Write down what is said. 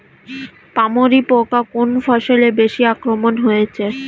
পামরি পোকা কোন ফসলে বেশি আক্রমণ হয়েছে?